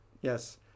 Yes